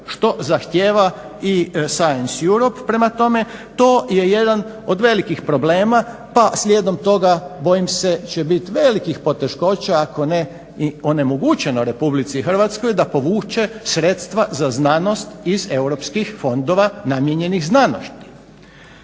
što zahtijeva i Science Europe. Prema tome, to je jedan od velikih problema pa slijedom toga bojim se će bit velikih poteškoća, ako ne i onemogućeno RH da povuče sredstva za znanost iz Europskih fondova namijenjenih znanosti.